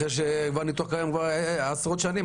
אחרי שהניתוח קיים כבר עשרות שנים,